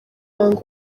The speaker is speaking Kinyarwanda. yanga